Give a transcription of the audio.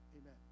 Amen